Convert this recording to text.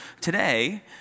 today